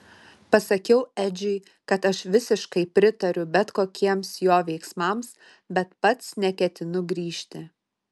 pasakiau edžiui kad aš visiškai pritariu bet kokiems jo veiksmams bet pats neketinu grįžti